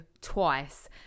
twice